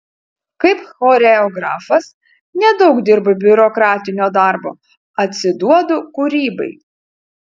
kaip choreografas nedaug dirbu biurokratinio darbo atsiduodu kūrybai